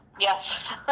Yes